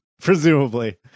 Presumably